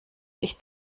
ich